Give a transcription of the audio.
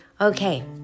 Okay